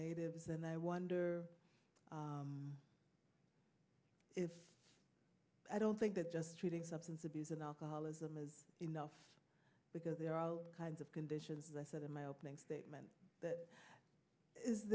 natives and i wonder if i don't think that just treating substance abuse and alcoholism is enough because there are all kinds of conditions i said in my opening statement